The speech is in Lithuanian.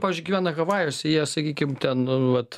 pavyzdžiui gyvena havajuose jie sakykim ten nu vat